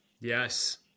Yes